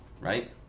right